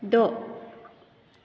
द